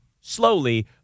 slowly